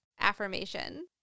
affirmation